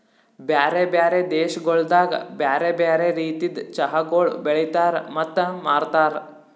ಬ್ಯಾರೆ ಬ್ಯಾರೆ ದೇಶಗೊಳ್ದಾಗ್ ಬ್ಯಾರೆ ಬ್ಯಾರೆ ರೀತಿದ್ ಚಹಾಗೊಳ್ ಬೆಳಿತಾರ್ ಮತ್ತ ಮಾರ್ತಾರ್